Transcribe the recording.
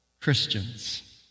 Christians